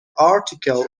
article